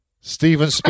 Stephen